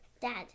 Dad